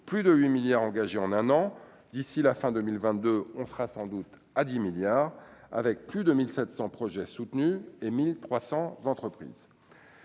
plus de 8 milliards engagés en un an, d'ici la fin 2022, on sera sans doute à 10 milliards avec plus de 1700 projets soutenus et 1300 entreprises